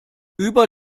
über